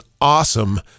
awesome